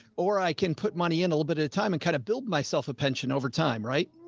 or i can put money in a little bit at a time and kind of build myself a pension over time. right.